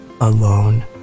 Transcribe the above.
alone